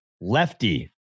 lefty